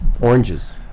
Oranges